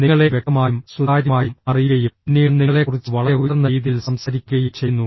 നിങ്ങളെ വ്യക്തമായും സുതാര്യമായും അറിയുകയും പിന്നീട് നിങ്ങളെക്കുറിച്ച് വളരെ ഉയർന്ന രീതിയിൽ സംസാരിക്കുകയും ചെയ്യുന്നു